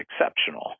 exceptional